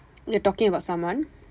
you are talking about someone